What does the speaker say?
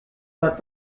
but